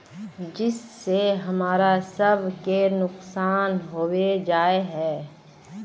जिस से हमरा सब के नुकसान होबे जाय है?